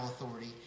authority